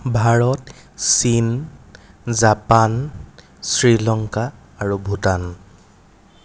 ভাৰত চীন জাপান শ্ৰীলংকা আৰু ভূটান